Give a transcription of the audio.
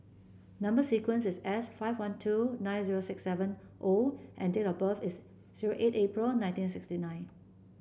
number sequence is S five one two nine zero six seven O and date of birth is zero eight April nineteen sixty nine